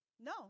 No